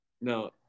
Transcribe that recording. No